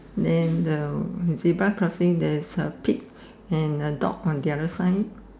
then the zebra crossing there is a pig and a dog on the other side